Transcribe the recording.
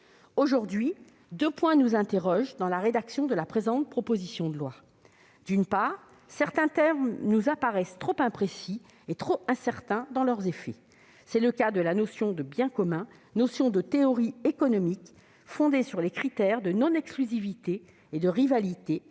Aujourd'hui, deux points nous interrogent dans la rédaction de la présente proposition de loi : d'une part, certains termes nous apparaissent trop imprécis et trop incertains dans leurs effets. C'est le cas de la notion de « biens communs », notion de théorie économique fondée sur les critères de non-exclusivité et de rivalité,